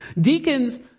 Deacons